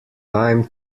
time